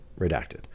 Redacted